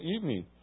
evening